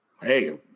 Hey